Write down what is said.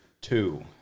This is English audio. two